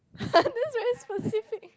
that's very specific